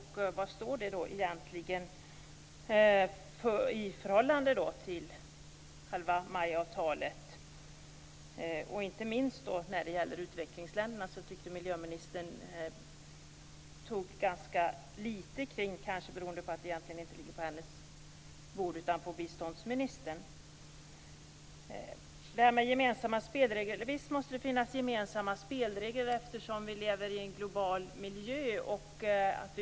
Vad står det egentligen i förhållande till MAI-avtalet? Inte minst i fråga om utvecklingsländerna tog miljöministern upp ganska litet kring dem. Det berodde kanske på att den frågan inte ligger på hennes bord utan mer på biståndsministerns bord. Visst måste det finnas gemensamma spelregler, eftersom vi lever i en global miljö.